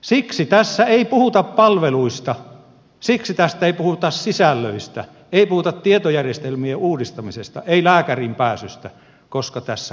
siksi tässä ei puhuta palveluista siksi tässä ei puhuta sisällöistä ei puhuta tietojärjestelmien uudistamisesta ei lääkäriin pääsystä koska tässä on muu tarkoitus